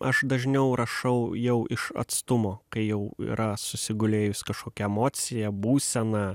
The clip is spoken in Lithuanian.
aš dažniau rašau jau iš atstumo kai jau yra susigulėjus kažkokia emocija būsena